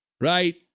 Right